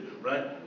right